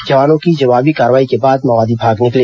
जवानों की जवाबी कार्रवाई के बाद माओवादी भाग निकले